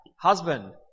husband